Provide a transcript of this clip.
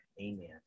amen